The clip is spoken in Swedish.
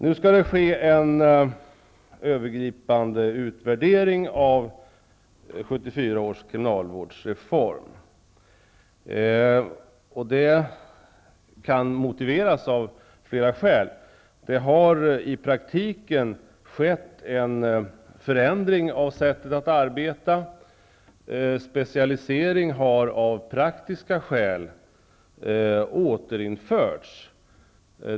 Nu skall det ske en övergripande utvärdering av 1974 års kriminalvårdsreform. Detta kan vara motiverat av flera skäl. Det har i praktiken skett en förändring av sättet att arbeta; specialisering har av praktiska skäl återinförts.